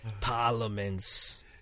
Parliaments